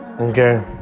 Okay